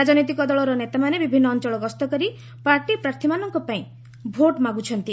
ରାଜନୈତିକ ଦଳର ନେତାମାନେ ବିଭିନ୍ନ ଅଞ୍ଚଳ ଗସ୍ତ କରି ପାର୍ଟି ପ୍ରାର୍ଥୀମାନଙ୍କପାଇଁ ଭୋଟ୍ ମାଗୁଛନ୍ତି